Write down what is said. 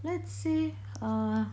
let's say uh